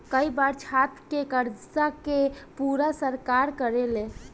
कई बार छात्र के कर्जा के पूरा सरकार करेले